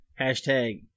Hashtag